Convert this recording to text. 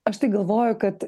aš tai galvoju kad